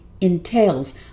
entails